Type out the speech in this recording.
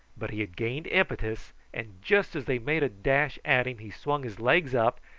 but he had gained impetus, and just as they made a dash at him he swung his legs up,